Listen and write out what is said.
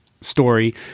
story